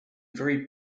very